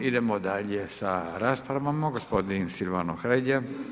Idemo dalje sa raspravom, gospodin Silvano Hrelja.